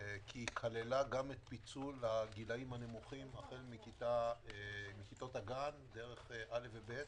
כי כללה גם את פיצול הגילאים הנמוכים החל מכיתות הגן דרך א' וב'.